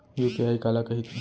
UPI काला कहिथे?